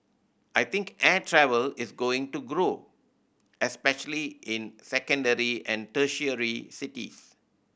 I think air travel is going to grow especially in secondary and tertiary cities